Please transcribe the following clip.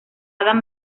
adam